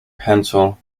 pencil